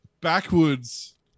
backwards